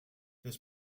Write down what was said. this